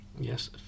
yes